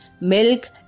milk